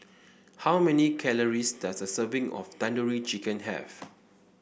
how many calories does a serving of Tandoori Chicken have